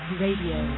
radio